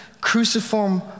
cruciform